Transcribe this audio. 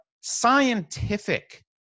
scientific